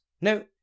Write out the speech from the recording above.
No